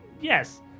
Yes